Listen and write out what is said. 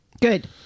Good